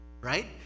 Right